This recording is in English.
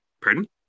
Pardon